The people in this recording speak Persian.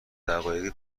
دقایقی